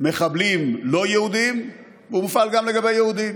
מחבלים לא יהודים, והוא מופעל גם לגבי יהודים.